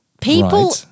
People